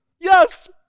Yes